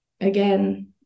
again